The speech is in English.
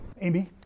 Amy